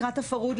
לקראת הפרהוד,